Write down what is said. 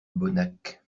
bonnac